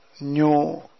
new